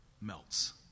melts